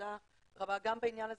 ותודה רבה גם בעניין הזה,